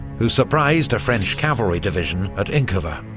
who surprised a french cavalry division at inkovo.